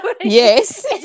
yes